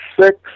six